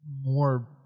more